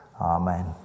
Amen